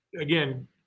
again